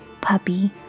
puppy